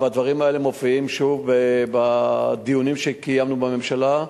והדברים האלה מופיעים שוב בדיונים שקיימנו בממשלה,